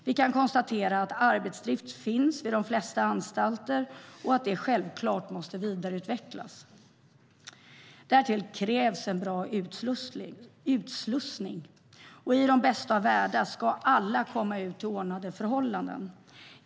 Vi kan konstatera att arbetsdrift finns vid de flesta anstalterna och att detta självklart måste vidareutvecklas. Därtill krävs en bra utslussning, och i de bästa av världar ska alla komma ut till ordnade förhållanden.